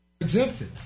Exempted